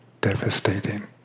devastating